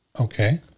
Okay